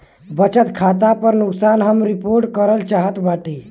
बचत खाता पर नुकसान हम रिपोर्ट करल चाहत बाटी